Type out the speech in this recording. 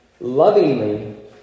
lovingly